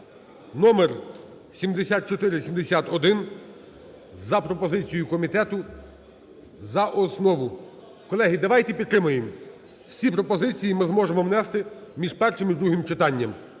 (№7471) за пропозицією комітету, за основу. Колеги, давайте підтримаємо. Всі пропозиції ми зможемо внести між першим і другим читанням.